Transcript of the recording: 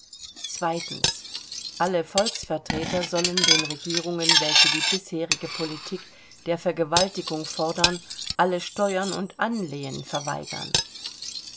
alle volksvertreter sollen den regierungen welche die bisherige politik der vergewaltigung fordern alle steuern und anlehen verweigern